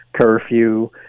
curfew